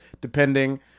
depending